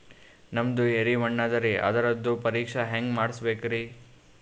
ನಮ್ದು ಎರಿ ಮಣ್ಣದರಿ, ಅದರದು ಪರೀಕ್ಷಾ ಹ್ಯಾಂಗ್ ಮಾಡಿಸ್ಬೇಕ್ರಿ?